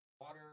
water